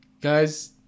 Guys